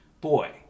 Boy